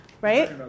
right